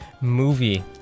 movie